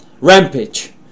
rampage